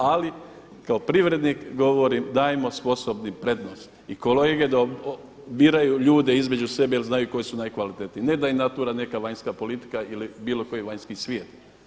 Ali kao privrednik govorim dajmo sposobnima prednost i kolege da biraju ljude između sebe jer znaju koji su najkvalitetnije, ne da im natura neka vanjska politika ili bilo koji vanjski svijet.